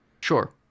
Sure